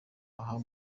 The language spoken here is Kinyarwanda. aho